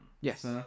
Yes